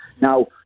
Now